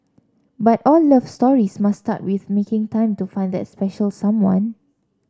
but all love stories must start with making time to find that special someone